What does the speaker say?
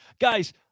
guys